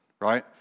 Right